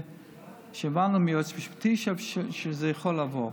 שהבנו מהיועץ המשפטי שזה יכול לעבור.